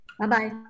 Bye-bye